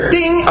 ding